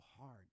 hard